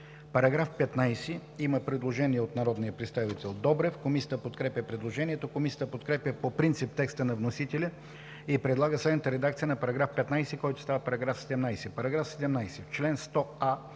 По § 15 има предложение от народния представител Делян Добрев. Комисията подкрепя предложението. Комисията подкрепя по принцип текста на вносителя и предлага следната редакция на § 15, който става § 17: „§ 17. В чл. 100а